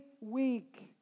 week